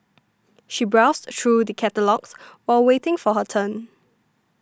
she browsed through the catalogues while waiting for her turn